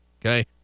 okay